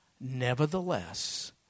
Nevertheless